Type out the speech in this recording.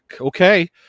okay